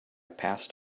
passed